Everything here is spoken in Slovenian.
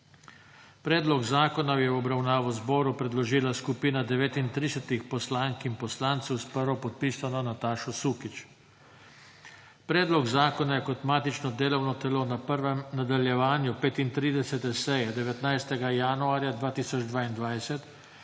Predlog zakona je v obravnavo zboru predložila skupina 39 poslank in poslancev s prvopodpisano Natašo Sukič. Predlog zakona je kot matično delovno telo na 1. nadaljevanju 35. seje 19. januarja 2022